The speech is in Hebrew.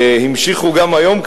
שנמשכו גם היום,